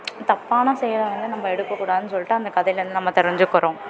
தப்பான செயலை வந்து நம்ப எடுக்கக்கூடாதுனு சொல்லிட்டு அந்த கதைலேருந்து நம்ப தெரிஞ்சுக்கிறோம்